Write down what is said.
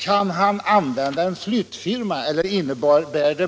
Innebär det att man kan anlita en flyttfirma, eller innebär det